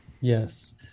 yes